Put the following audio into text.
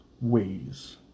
ways